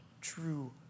true